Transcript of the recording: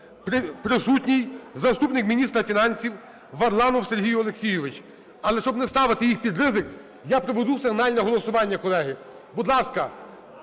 Присутній заступник міністра фінансів Верланов Сергій Олексійович. Але щоб не ставити їх під ризик, я проведу сигнальне голосування, колеги. Будь ласка,